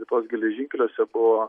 lietuvos geležinkeliuose buvo